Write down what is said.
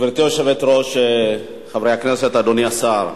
גברתי היושבת-ראש, חברי הכנסת, אדוני השר,